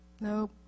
Nope